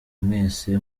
mwese